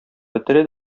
бетерә